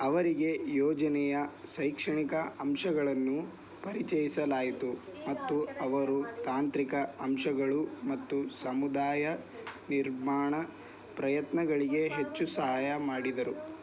ಅವರಿಗೆ ಯೋಜನೆಯ ಶೈಕ್ಷಣಿಕ ಅಂಶಗಳನ್ನು ಪರಿಚಯಿಸಲಾಯಿತು ಮತ್ತು ಅವರು ತಾಂತ್ರಿಕ ಅಂಶಗಳು ಮತ್ತು ಸಮುದಾಯ ನಿರ್ಮಾಣ ಪ್ರಯತ್ನಗಳಿಗೆ ಹೆಚ್ಚು ಸಹಾಯ ಮಾಡಿದರು